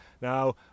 now